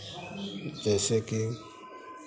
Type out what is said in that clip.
जैसे कि